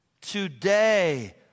Today